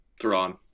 Thrawn